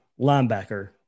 linebacker